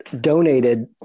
donated